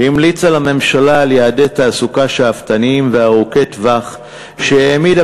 המליצה לממשלה על יעדי תעסוקה שאפתניים וארוכי-טווח והעמידה